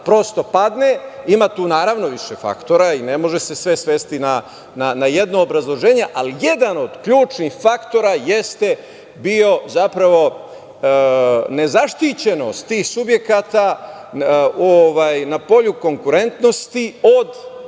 Ima tu više faktora i ne može se sve svesti na jedno obrazloženje, ali jedan od ključnih faktora jeste bio nezaštićenost tih subjekata na polju konkurentnosti od prljavog